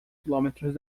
quilômetros